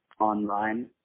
online